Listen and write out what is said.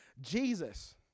Jesus